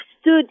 stood